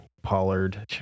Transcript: Pollard